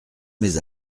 mets